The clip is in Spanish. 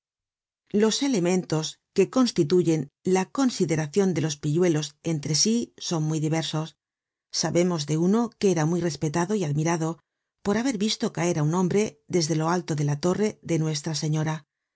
los elementos que constituyen la consideracion de ios pilluelos entre sí son muy diversos sabemos de uno que era muy respetado y admirado por haber visto caer á un hombre desde lo alto de la torre de nuestra señora